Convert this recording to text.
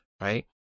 right